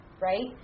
right